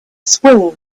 squirrel